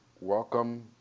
welcome